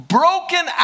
broken